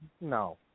no